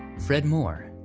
fred moore.